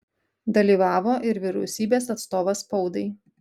dalyvavo ir vyriausybės atstovas spaudai